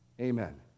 Amen